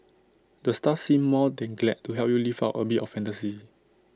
the staff seem more than glad to help you live out A bit of fantasy